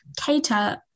cater